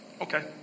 Okay